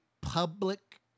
public